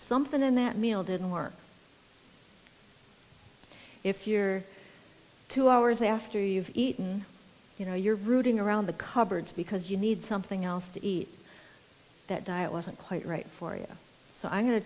something and that meal didn't work if you're two hours after you've eaten you know you're rooting around the cupboards because you need something else to eat that diet wasn't quite right for you so i'm go